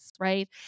right